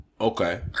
Okay